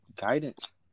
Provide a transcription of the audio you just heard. guidance